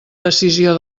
decisió